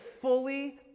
fully